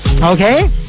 okay